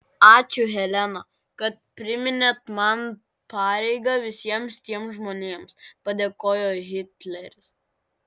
ačiū helena kad priminėt man pareigą visiems tiems žmonėms padėkojo hitleris